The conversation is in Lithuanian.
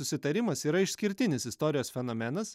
susitarimas yra išskirtinis istorijos fenomenas